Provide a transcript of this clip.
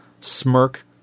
Smirk